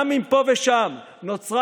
גם אם פה ושם נוצרה